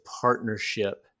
partnership